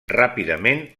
ràpidament